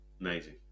Amazing